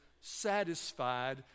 satisfied